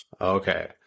Okay